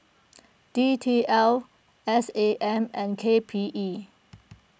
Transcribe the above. D T L S A M and K P E